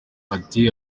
ati